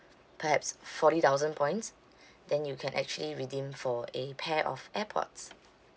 perhaps forty thousand points then you can actually redeem for a pair of airpods